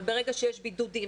אבל ברגע שיש בידודים,